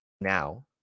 Now